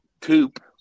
Coop